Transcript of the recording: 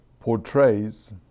portrays